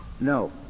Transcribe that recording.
No